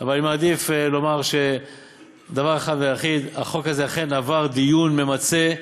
אבל אני מעדיף לומר דבר אחד ויחיד: החוק הזה אכן עבר דיון ממצה,